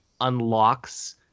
unlocks